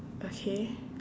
okay